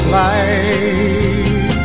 life